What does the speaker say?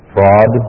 Fraud